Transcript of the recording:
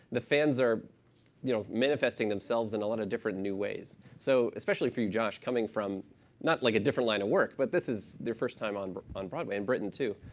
the fans are you know manifesting themselves in a lot of different new ways. so especially for you, josh, coming from not like a different line of work, but this is your first time on but on broadway, and brittain too.